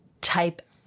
type